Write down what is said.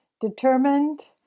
determined